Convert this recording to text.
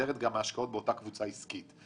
נגזרת גם מהשקעות באותה קבוצה עסקית.